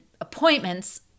appointments